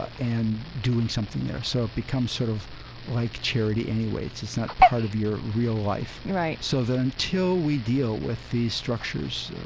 and doing something there. so it becomes sort of like charity anyway, it's it's not part of your real life right so that until we deal with these structures,